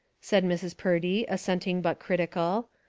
said mrs. purdy, assenting but critical,